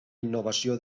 innovació